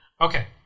Okay